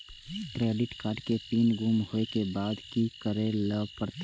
Credit card के pin गुम होय के बाद की करै ल परतै?